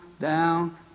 down